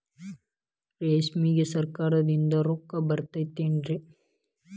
ರೇಷ್ಮೆಗೆ ಸರಕಾರದಿಂದ ರೊಕ್ಕ ಬರತೈತೇನ್ರಿ?